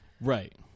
Right